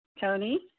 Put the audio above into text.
Tony